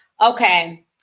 Okay